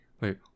Wait